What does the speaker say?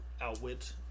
outwit